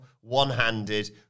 one-handed